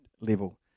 level